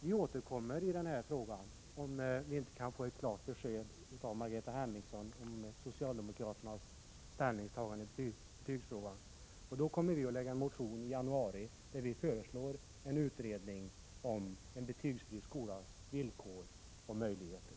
Vi återkommer till denna fråga om vi inte får ett klart besked av Margareta Hemmingsson om socialdemokraternas ställningstagande i betygsfrågan. Vi kommer att väcka en motion i januari där vi föreslår en utredning om en betygsfri skolas villkor och möjligheter.